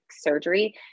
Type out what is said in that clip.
surgery